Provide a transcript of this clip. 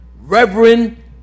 reverend